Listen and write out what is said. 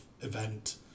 event